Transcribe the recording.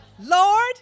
Lord